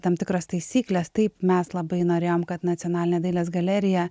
tam tikros taisykles taip mes labai norėjom kad nacionalinė dailės galerija